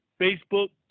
Facebook